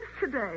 today